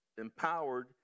empowered